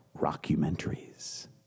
rockumentaries